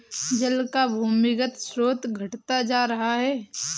जल का भूमिगत स्रोत घटता जा रहा है